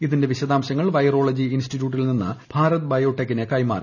ഇതിന്റെ വിശദാംശങ്ങൾ വൈറോളി ഇൻസ്റ്റിറ്റ്യൂട്ടിൽ നിന്ന് ഭാരത് ബയോടെക്കിന് കൈമാറി